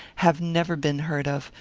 have never been heard of,